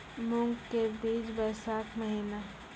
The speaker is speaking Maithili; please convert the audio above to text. मूंग के बीज बैशाख महीना